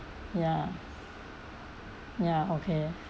ya ya okay